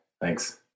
Thanks